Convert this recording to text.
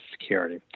security